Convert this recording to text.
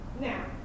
Now